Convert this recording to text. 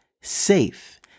Safe